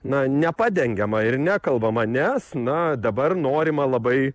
na nepadengiama ir nekalbama nes na dabar norima labai